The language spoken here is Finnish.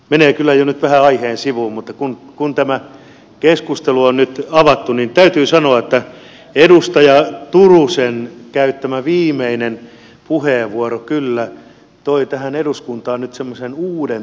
menee kyllä jo nyt vähän aiheen sivuun mutta kun tämä keskustelu on nyt avattu niin täytyy sanoa että edustaja turusen käyttämä viimeinen puheenvuoro kyllä toi tähän eduskuntaan nyt semmoisen uuden tuulahduksen